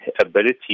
ability